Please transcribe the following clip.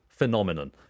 phenomenon